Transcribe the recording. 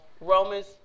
Romans